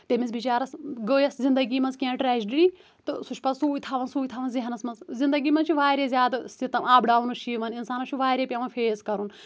تٔمِس بِچارَس گٔیَس زِندگی منٛز کیٚنٛہہ ٹرٛیجڈی تہٕ سُہ چُھ پتہ سوٗے تھاوان سوٗے تھاوان ذٮ۪ہنَس منٛز زندگی منٛز چھِ واریاہ زیادٕ سِتَم اَپ ڈاونٕز چھِ یِوان انسانَس چھ واریاہ پٮ۪وان فیس کَرُن